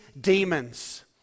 demons